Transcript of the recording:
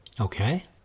okay